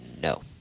no